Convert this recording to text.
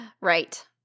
right